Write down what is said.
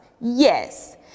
Yes